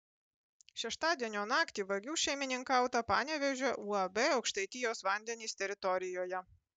šeštadienio naktį vagių šeimininkauta panevėžio uab aukštaitijos vandenys teritorijoje